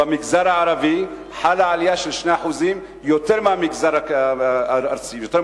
במגזר הערבי חלה עלייה, 2% יותר מהממוצע הארצי.